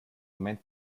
moment